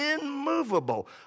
immovable